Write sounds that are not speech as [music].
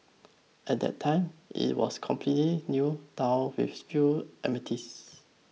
at that time it was completely new town with few [unintelligible]